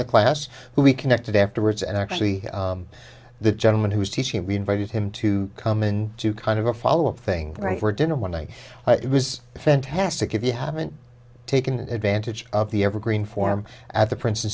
the class who we connected afterwards and actually the gentleman who was teaching we invited him to come in to kind of a follow up thing right or dinner one night it was fantastic if you haven't taken advantage of the evergreen form at the princeton